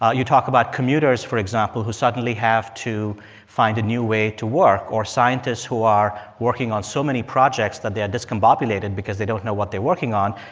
ah you talk about commuters, for example, who suddenly have to find a new way to work or scientists who are working on so many projects that they are discombobulated because they don't know what they're working on.